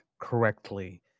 correctly